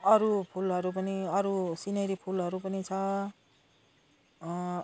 अरू फुलहरू पनि अरू सिनेरी फुलहरू पनि छ